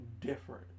different